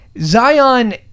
Zion